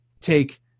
take